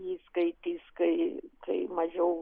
jį skaitys kai kai mažiau